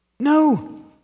No